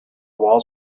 walls